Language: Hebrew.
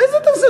איזה תקציב?